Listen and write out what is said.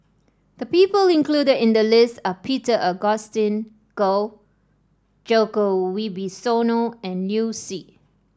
the people included in the list are Peter Augustine Goh Djoko Wibisono and Liu Si